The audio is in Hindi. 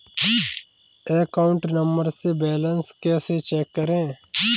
अकाउंट नंबर से बैलेंस कैसे चेक करें?